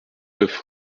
neuf